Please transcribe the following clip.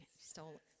stole